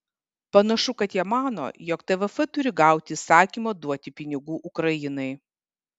panašu kad jie mano jog tvf turi gauti įsakymą duoti pinigų ukrainai